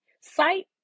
Sight